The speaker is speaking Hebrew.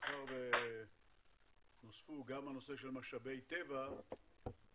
ומאחר שהוסף גם הנושא של משאבי טבע ואולי